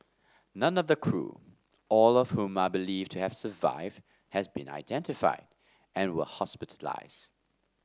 none of the crew all of whom are believed to have survived has been identified and were hospitalised